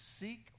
seek